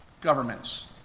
governments